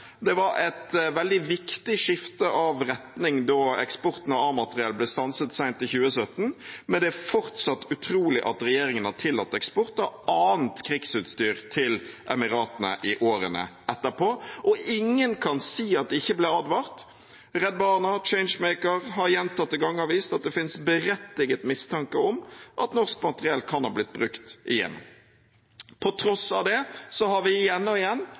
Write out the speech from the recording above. Det var et veldig viktig skifte av retning da eksporten av A-materiell ble stanset sent i 2017, men det er fortsatt utrolig at regjeringen har tillatt eksport av annet krigsutstyr til Emiratene i årene etterpå. Og ingen kan si at de ikke ble advart. Redd Barna og Changemaker har gjentatte ganger vist at det finnes berettiget mistanke om at norsk materiell kan ha blitt brukt i Jemen. På tross av det har vi igjen og igjen